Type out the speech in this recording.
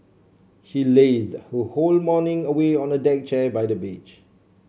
she lazed her whole morning away on a deck chair by the beach